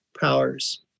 powers